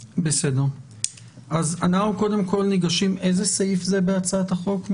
איזה סעיף זה בהצעת החוק?